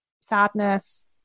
sadness